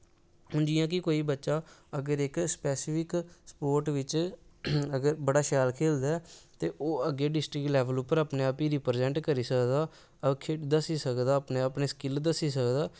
हून जि'यां कि कोई इक बच्चा स्फैसिफिक स्पोर्ट बिच्च अगर बड़ा शैल खेलदा ऐ ते ओह् अग्गैं डिस्टिक लैवल उप्पर अपने आप गी प्राज़ैंट करी सकदा दस्सी सकदा अपनी स्किल दस्सी सकदा